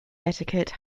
etiquette